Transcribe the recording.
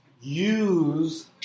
use